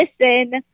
listen